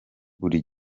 buri